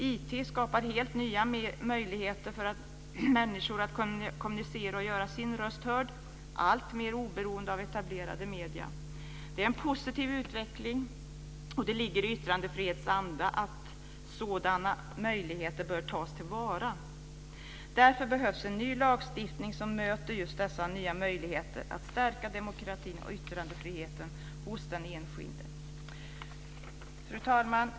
IT skapar helt nya möjligheter för människor att kommunicera och göra sin röst hörd alltmer oberoende av etablerade medier. Det är en positiv utveckling, och det ligger i yttrandefrihetens anda att sådana möjligheter bör tas till vara. Därför behövs en ny lagstiftning som möter just dessa nya möjligheter att stärka demokratin och yttrandefriheten hos den enskilde. Fru talman!